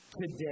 today